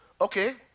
Okay